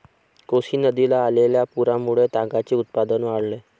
कोसी नदीला आलेल्या पुरामुळे तागाचे उत्पादन वाढले